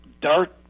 dark